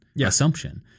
assumption